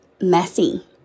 messy